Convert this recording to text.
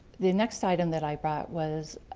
the next item that i brought was